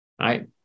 right